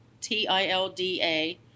T-I-L-D-A